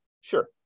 Sure